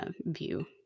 view